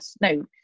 No